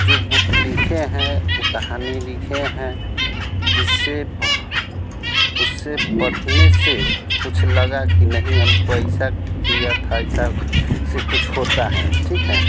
जो बुक लिखे हैं वह कहानी लिखे हैं जिससे बह उसे पढ़ने से कुछ लगा कि नहीं हमको ऐसा किया था ऐसा से कुछ होता है ठीक है